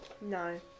No